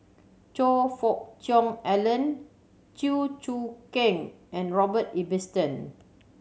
Choe Fook Cheong Alan Chew Choo Keng and Robert Ibbetson